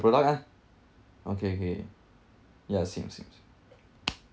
product ah okay okay ya same same same